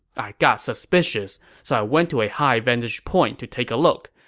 i got suspicious, so i went to a high vantage point to take a look.